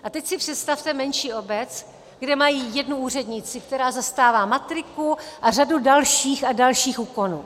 A teď si představte menší obec, kde mají jednu úřednici, která zastává matriku a řadu dalších a dalších úkonů.